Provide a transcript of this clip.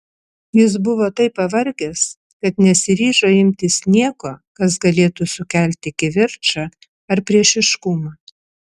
jis buvo taip pavargęs kad nesiryžo imtis nieko kas galėtų sukelti kivirčą ar priešiškumą